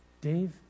Dave